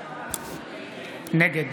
נגד